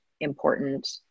important